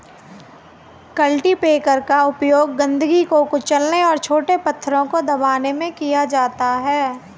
cultipacker का उपयोग गंदगी को कुचलने और छोटे पत्थरों को दबाने में किया जाता है